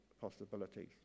possibilities